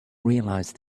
realise